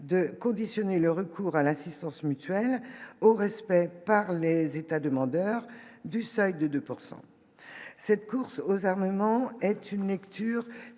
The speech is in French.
de conditionner le recours à l'assistance mutuelle au respect par les États demandeurs du seuil de 2 pourcent cette course aux armements est une lecture